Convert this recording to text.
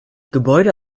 gebäude